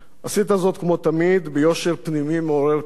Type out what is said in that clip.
ביושר פנימי מעורר פליאה ובכנות